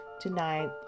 Tonight